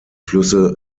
flüsse